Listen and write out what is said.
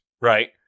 right